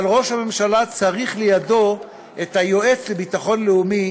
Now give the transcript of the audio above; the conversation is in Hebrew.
אבל ראש הממשלה צריך לידו את היועץ לביטחון לאומי,